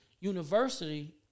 university